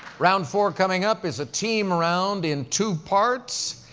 round four coming up is a team round in two parts,